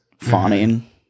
Fawning